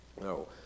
No